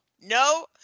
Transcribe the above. no